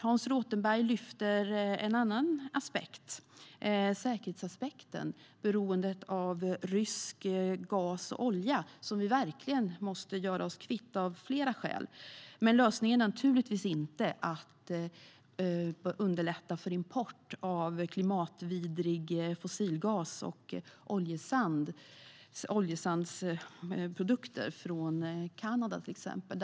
Hans Rothenberg lyfter fram en annan aspekt, säkerhetsaspekten och beroendet av rysk gas och olja, som vi verkligen måste göra oss kvitt av flera skäl. Men lösningen är naturligtvis inte att underlätta för import av klimatvidrig fossilgas och oljesandsprodukter från till exempel Kanada.